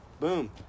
Boom